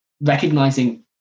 recognizing